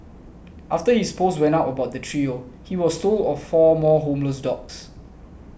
after his post went up about the trio he was told of four more homeless dogs